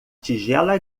tigela